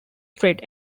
thread